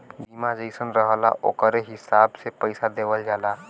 बीमा जइसन रहला ओकरे हिसाब से पइसा देवल जाला